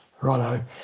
Righto